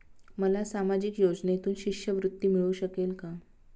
मला सामाजिक योजनेतून शिष्यवृत्ती मिळू शकेल का?